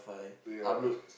ya